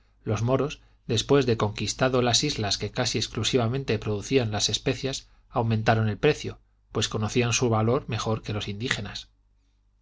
los moros después de conquistado las islas que casi exclusivamente producían las especias aumentaron el precio pues conocían su valor mejor que los indígenas